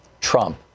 Trump